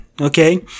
Okay